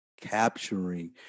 capturing